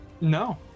no